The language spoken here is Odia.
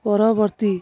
ପରବର୍ତ୍ତୀ